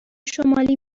شمالی